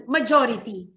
Majority